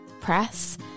press